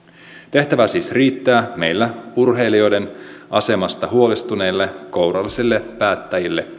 tehtävää siis riittää meille urheilijoiden asemasta huolestuneille kouralliselle päättäjiä